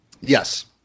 Yes